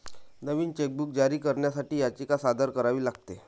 नवीन chequebook जारी करण्यासाठी याचिका सादर करावी लागेल